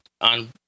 on